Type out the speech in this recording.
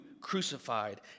crucified